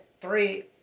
three